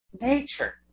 nature